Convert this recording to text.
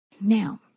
Now